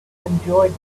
enjoyed